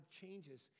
changes